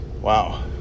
wow